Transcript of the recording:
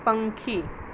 પંખી